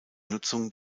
nutzung